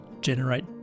generate